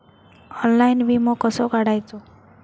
Online विमो कसो काढायचो?